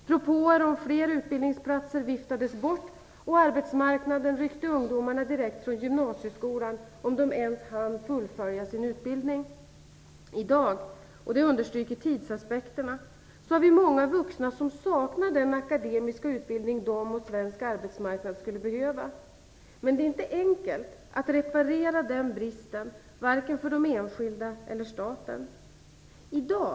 Propåer om fler utbildningsplatser viftades bort, och arbetsmarknaden ryckte ungdomarna direkt från gymnasieskolan, om de ens hann fullfölja sin utbildning. I dag - och det understryker tidsaspekterna - har vi många vuxna som saknar den akademiska utbildning de och svensk arbetsmarknad skulle behöva. Men det är inte enkelt att reparera den bristen, varken för det enskilda eller staten.